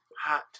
hot